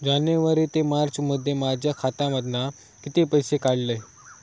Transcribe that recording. जानेवारी ते मार्चमध्ये माझ्या खात्यामधना किती पैसे काढलय?